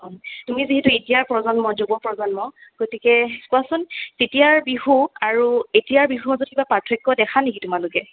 তুমি যিহেতু এতিয়াৰ প্ৰজন্মৰ যুৱপ্ৰজন্ম গতিকে কোৱাচোন তেতিয়াৰ বিহু আৰু এতিয়াৰ বিহুৰ মাজত কিবা পাৰ্থক্য দেখা নেকি তোমালোকে